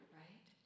right